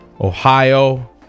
Ohio